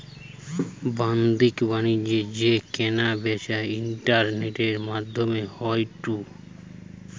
বাদ্দিক বাণিজ্য যেই কেনা বেচা ইন্টারনেটের মাদ্ধমে হয়ঢু